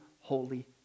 holy